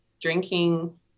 drinking